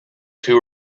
two